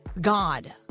God